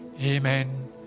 Amen